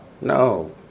No